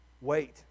wait